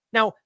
Now